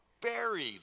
buried